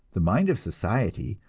the mind of society,